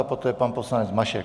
Poté pan poslanec Mašek.